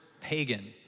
pagan